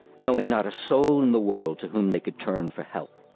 knowing not a soul in the world to whom they could turn for help.